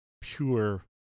pure